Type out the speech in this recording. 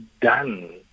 done